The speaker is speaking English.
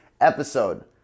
episode